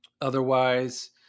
Otherwise